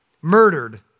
murdered